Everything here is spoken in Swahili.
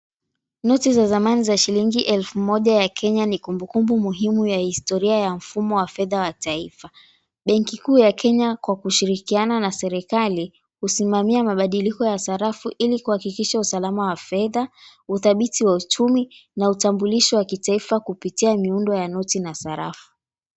Noti za zamani za shilingi elfu moja za Kenya ni kumbukumbu muhimu ya historia ya mfumo wa fedha wa taifa. Benki Kuu ya Kenya kwa kushirikiana na serikali husimamia mabadiliko ya sarafu ili kuhakikisha usalama wa fedha, uthabiti wa uchumi na utambulisho wa kitaifa kupitia miundo ya noti na sarafu.